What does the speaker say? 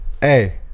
Hey